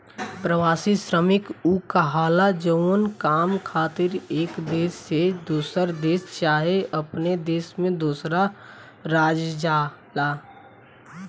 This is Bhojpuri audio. प्रवासी श्रमिक उ कहाला जवन काम खातिर एक देश से दोसर देश चाहे अपने देश में दोसर राज्य जाला